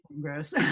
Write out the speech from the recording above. gross